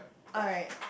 alright